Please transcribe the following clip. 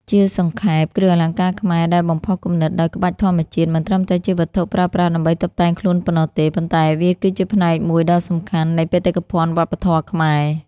ជាសង្ខេប គ្រឿងអលង្ការខ្មែរដែលបំផុសគំនិតដោយក្បាច់ធម្មជាតិ មិនត្រឹមតែជាវត្ថុប្រើប្រាស់ដើម្បីតុបតែងខ្លួនប៉ុណ្ណោះទេ ប៉ុន្តែវាគឺជាផ្នែកមួយដ៏សំខាន់នៃបេតិកភណ្ឌវប្បធម៌ខ្មែរ។